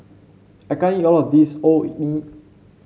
I can't eat all of this Orh Nee